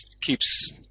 keeps